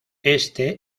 éste